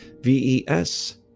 V-E-S